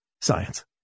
science